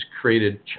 created